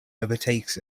overtakes